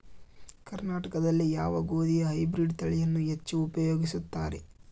ಕರ್ನಾಟಕದಲ್ಲಿ ಯಾವ ಗೋಧಿಯ ಹೈಬ್ರಿಡ್ ತಳಿಯನ್ನು ಹೆಚ್ಚು ಉಪಯೋಗಿಸುತ್ತಾರೆ?